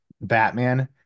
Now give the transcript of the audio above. Batman